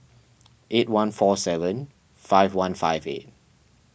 eight one four seven five one five eight